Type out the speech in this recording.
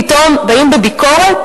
פתאום באים בביקורת?